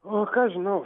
o ką aš žinau